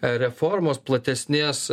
reformos platesnės